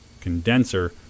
condenser